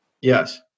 yes